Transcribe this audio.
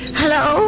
hello